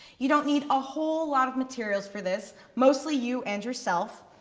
you don't need a whole lot of materials for this, mostly you and yourself,